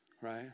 right